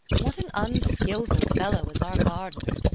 what an unskilful fellow is our gardener!